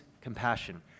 compassion